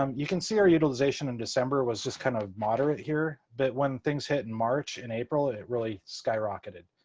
um you can see our utilization in december was just kind of moderate, here. but when things hit in march and april, it really skyrocketed.